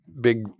big